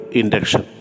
induction